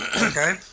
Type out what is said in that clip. Okay